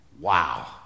Wow